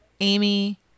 Amy